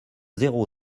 zéro